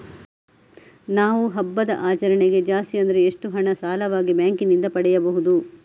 ನಾವು ಹಬ್ಬದ ಆಚರಣೆಗೆ ಜಾಸ್ತಿ ಅಂದ್ರೆ ಎಷ್ಟು ಹಣ ಸಾಲವಾಗಿ ಬ್ಯಾಂಕ್ ನಿಂದ ಪಡೆಯಬಹುದು?